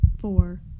Four